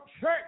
church